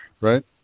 right